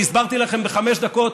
והסברתי לכם בחמש דקות,